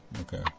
okay